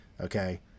Okay